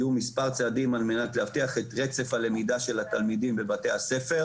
יהיו מספר צעדים על מנת להבטיח את רצף הלמידה של התלמידים בבתי הספר